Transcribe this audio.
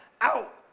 out